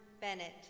Bennett